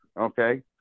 okay